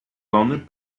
lony